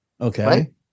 okay